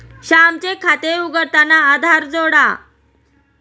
श्यामचे खाते उघडताना आधार जोडा